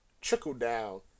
trickle-down